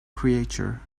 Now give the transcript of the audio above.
creature